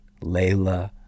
Layla